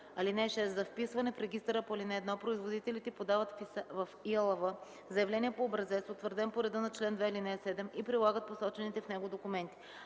(6) За вписване в регистъра по ал. 1 производителите подават в ИАЛВ заявление по образец, утвърден по реда на чл. 2, ал. 7 и прилагат посочените в него документи.